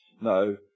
No